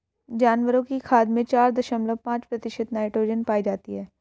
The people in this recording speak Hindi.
जानवरों की खाद में चार दशमलव पांच प्रतिशत नाइट्रोजन पाई जाती है